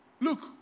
Look